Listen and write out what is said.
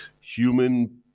human